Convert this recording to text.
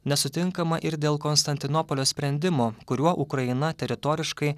nesutinkama ir dėl konstantinopolio sprendimo kuriuo ukraina teritoriškai